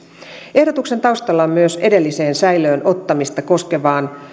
ehdotuksen taustalla on myös edelliseen säilöön ottamista koskevaan